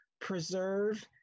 preserve